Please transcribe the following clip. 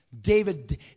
David